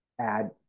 add